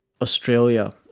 Australia